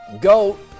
goat